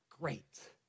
great